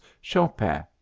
Chopin